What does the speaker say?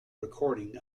recording